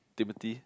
Timothy